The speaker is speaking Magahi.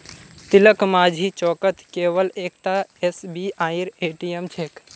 तिलकमाझी चौकत केवल एकता एसबीआईर ए.टी.एम छेक